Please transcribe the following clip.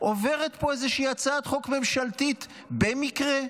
עוברת פה איזה הצעת חוק ממשלתית במקרה.